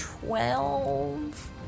Twelve